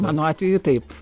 mano atveju taip